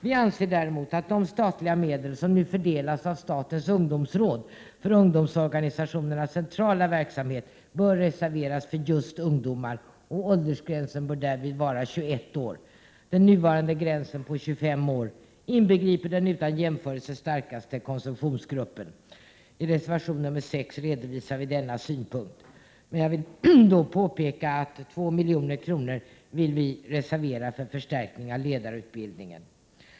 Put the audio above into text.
Vi anser däremot att de statliga medel som nu fördelas av statens ungdomsråd för ungdomsorganisationernas centrala verksamhet bör reserveras för just ungdomar. Åldersgränsen bör därvid vara 21 år. Den nuvarande gränsen på 25 år inbegriper den utan jämförelse starkaste konsumtionsgruppen. Denna synpunkt redovisas i reservation nr 6. Jag vill också påpeka att vi vill reservera 2 milj.kr. för att förstärka ledarutbildningen.